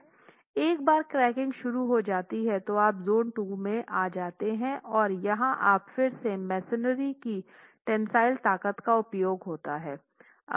एक बार क्रैकिंग शुरू हो जाती है तो आप ज़ोन 2 में आ जाते हैं और यहां आप फिर से मेसनरी की टेंसिल ताकत का उपयोग होता हैं